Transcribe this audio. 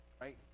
right